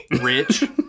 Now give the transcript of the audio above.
Rich